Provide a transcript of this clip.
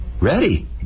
ready